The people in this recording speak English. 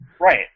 Right